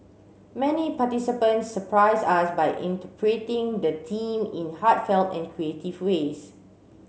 many participants surprised us by interpreting the team in heartfelt and creative ways